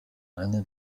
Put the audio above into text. eine